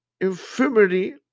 infirmity